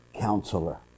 Counselor